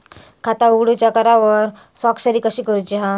खाता उघडूच्या करारावर स्वाक्षरी कशी करूची हा?